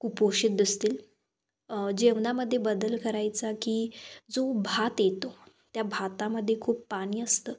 कुपोषित दिसतील जेवणामध्ये बदल करायचा की जो भात येतो त्या भातामध्ये खूप पाणी असतं